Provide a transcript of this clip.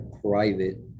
private